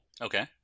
Okay